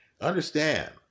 understand